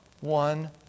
one